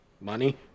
Money